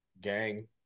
Gang